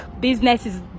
businesses